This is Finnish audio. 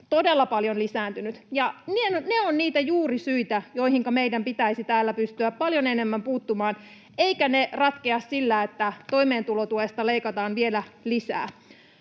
todella paljon lisääntynyt. Ne ovat niitä juurisyitä, joihinka meidän pitäisi täällä pystyä paljon enemmän puuttumaan, eivätkä ne ratkea sillä, että toimeentulotuesta leikataan vielä lisää.